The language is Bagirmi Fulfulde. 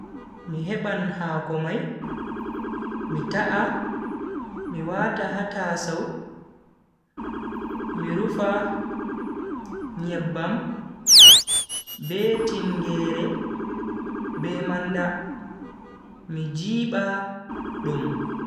Mi heban hako mai, mi ta'a mi wata ha tasow mi rufa nyebbam be tingeere be manda mi jiiba dum.